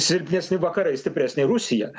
silpnesni vakarai stipresnė rusija